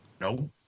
No